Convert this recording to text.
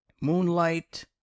Moonlight